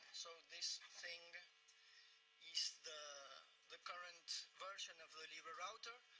so this thing is the the current version of the libre router,